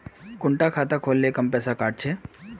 कुंडा खाता खोल ले कम पैसा काट छे?